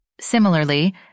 Similarly